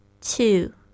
Two